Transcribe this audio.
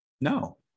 No